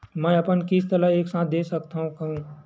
मै अपन किस्त ल एक साथ दे सकत हु का?